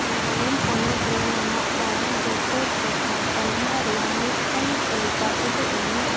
ᱱᱟᱜᱟᱞᱮᱱᱰ ᱯᱚᱱᱚᱛᱨᱮ ᱧᱟᱢᱚᱜ ᱠᱟᱱ ᱡᱚᱛᱚ ᱴᱤᱠᱟᱹ ᱛᱟᱞᱢᱟ ᱨᱮᱭᱟᱜ ᱢᱤᱫᱴᱟᱝ ᱛᱟᱹᱞᱤᱠᱟ ᱩᱫᱩᱜᱟᱹᱧ ᱢᱮ